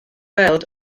weld